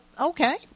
Okay